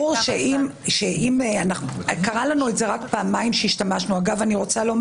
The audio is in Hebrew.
ברורים לנו שני דברים: